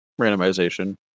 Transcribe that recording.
randomization